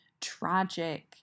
tragic